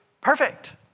perfect